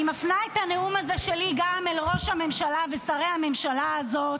אני מפנה את הנאום הזה שלי גם אל ראש הממשלה ושרי הממשלה הזאת.